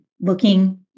looking